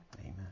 Amen